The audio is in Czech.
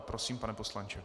Prosím, pane poslanče.